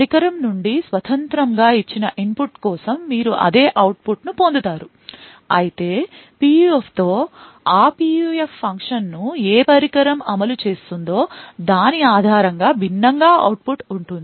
పరికరం నుండి స్వతంత్రంగా ఇచ్చిన ఇన్పుట్ కోసం మీరు అదే అవుట్పుట్ ను పొందుతారు అయితే PUF తో ఆ PUF ఫంక్షన్ను ఏ పరికరం అమలు చేస్తుందో దాని ఆధారంగా భిన్నంగా అవుట్పుట్ ఉంటుంది